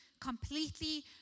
completely